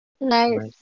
Nice